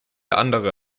andere